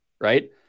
right